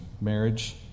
marriage